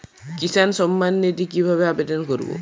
কিষান সম্মাননিধি কিভাবে আবেদন করব?